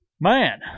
Man